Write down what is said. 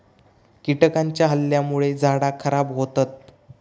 कीटकांच्या हल्ल्यामुळे झाडा खराब होतत